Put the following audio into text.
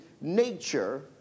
nature